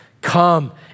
come